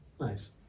Nice